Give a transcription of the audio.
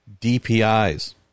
DPIs